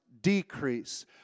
decrease